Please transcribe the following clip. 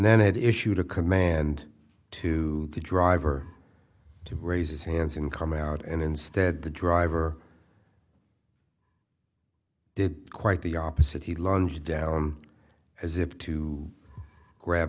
then it issued a command to the driver to raise his hands and come out and instead the driver did quite the opposite he lunged down as if to grab